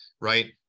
right